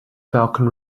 falcon